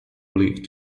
lived